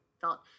felt